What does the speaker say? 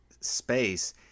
space